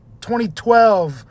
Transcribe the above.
2012